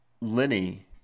Lenny